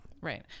Right